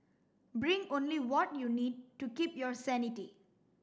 bring only what you need to keep your sanity